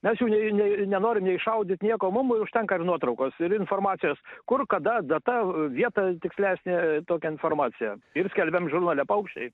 mes jų nei ne nenorim nei šaudyt nieko mum užtenka ir nuotraukos ir informacijos kur kada data vieta tikslesnė tokia informacija ir skelbiam žurnale paukščiai